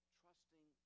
trusting